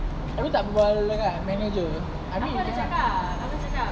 abeh tak berbual dekat manager I mean intern ah